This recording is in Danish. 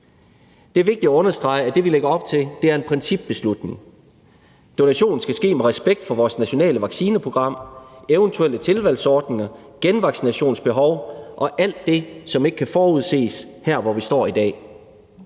er vigtigt at understrege, at det, vi lægger op til, er en principbeslutning. Donation skal ske med respekt for vores nationale vaccineprogram, eventuelle tilvalgsordninger, genvaccinationsbehov og alt det, som ikke kan forudses her, hvor vi står i dag.